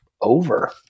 over